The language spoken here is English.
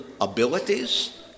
abilities